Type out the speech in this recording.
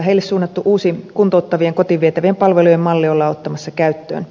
heille suunnattu uusi kuntouttavien kotiin vietävien palvelujen malli ollaan ottamassa käyttöön